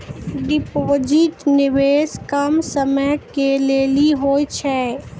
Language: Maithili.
डिपॉजिट निवेश कम समय के लेली होय छै?